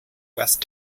west